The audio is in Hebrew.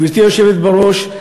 גברתי היושבת בראש,